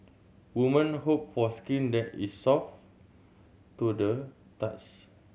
woman hope for skin that is soft to the touch